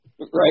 right